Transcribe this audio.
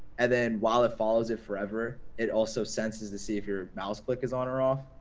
and then while it follows it forever it also senses to see if your mouse click is on or off.